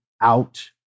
out